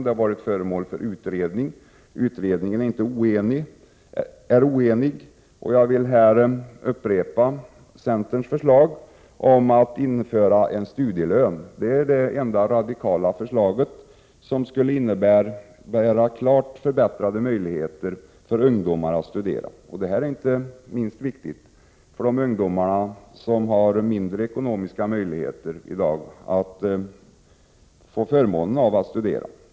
Frågan har varit föremål för utredning, och utredningen är oenig. Jag vill här upprepa centerns förslag om införande av studielön. Det är det enda radikala förslaget som skulle innebära klart förbättrade möjligheter för ungdomar att studera. Detta är inte minst viktigt för de ungdomar som i dag har små ekonomiska möjligheter att få förmånen att studera.